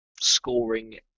scoring